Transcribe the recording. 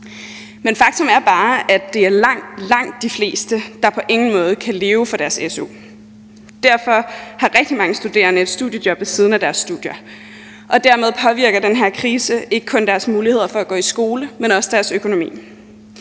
Men faktum er bare, at det er langt, langt de fleste, der på ingen måde kan leve for deres su. Derfor har rigtig mange studerende et studiejob ved siden af deres studier, og dermed påvirker den her krise ikke kun deres muligheder for at gå i skole, men også deres økonomi.